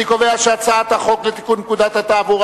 אני קובע שהצעת חוק לתיקון פקודת התעבורה